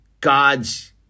God's